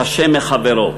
קשה מחברו.